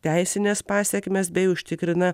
teisines pasekmes bei užtikrina